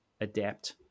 adapt